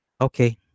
okay